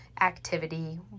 activity